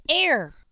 air